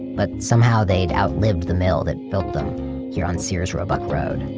but somehow they'd outlived the mill that built them here on sears roebuck road.